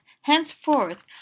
Henceforth